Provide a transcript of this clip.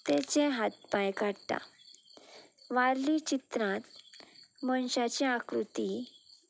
ताचे हात पांय काडटा वारली चित्रांत मनशाची आकृती